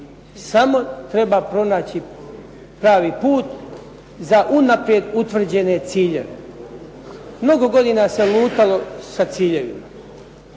samo treba pronaći pravi put za unaprijed utvrđene ciljeve. Mnogo godina se lutalo sa ciljevima.